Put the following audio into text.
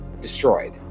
destroyed